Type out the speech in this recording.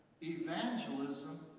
evangelism